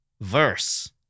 verse